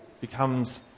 becomes